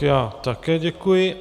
Já také děkuji.